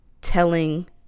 telling